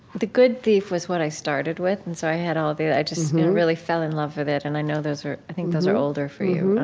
the good thief was what i started with, and so i had all the i just really fell in love with it. and i know those are i think those are older for you.